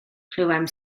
clywem